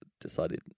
decided